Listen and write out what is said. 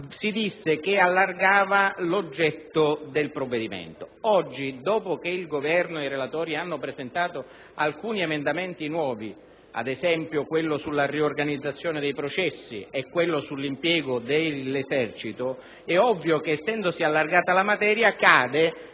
si affermò che allargava l'oggetto del provvedimento. Oggi, dopo che il Governo e i relatori hanno presentato alcuni emendamenti nuovi, ad esempio quello sulla riorganizzazione dei processi e quello sull'impiego dell'Esercito, è ovvio che, essendosi ampliata la materia,